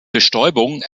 bestäubung